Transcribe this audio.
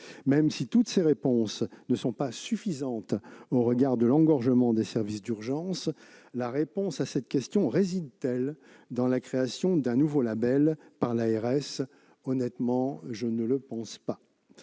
Même si toutes ces initiatives ne sont pas suffisantes au regard de l'engorgement des services d'urgence, la réponse à la question qui nous est posée réside-t-elle dans la création d'un nouveau label par l'ARS ? Honnêtement, je ne le pense pas.